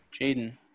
Jaden